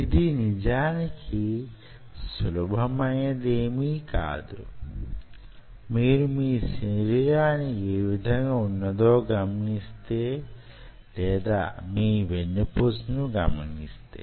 ఇది నిజానికి సులభమైనదేమీ కాదు మీరు మీ శరీరం యే విధంగా ఉన్నదో గమనిస్తే మీ వెన్నుపూసను గమనిస్తే